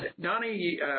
Donnie